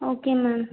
okay ma'am